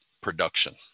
production